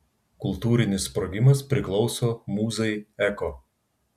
kultūrinis sprogimas priklauso mūzai eko